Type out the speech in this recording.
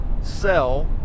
sell